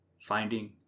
finding